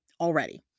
already